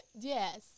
Yes